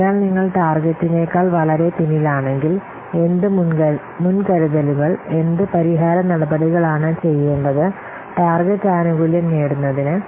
അതിനാൽ നിങ്ങൾ ടാർഗെറ്റിനേക്കാൾ വളരെ പിന്നിലാണെങ്കിൽ എന്ത് മുൻകരുതലുകൾ എന്ത് പരിഹാര നടപടികളാണ് ചെയ്യേണ്ടത് ടാർഗെറ്റ് ആനുകൂല്യം നേടുന്നതിന്